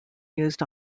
used